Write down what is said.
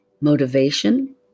motivation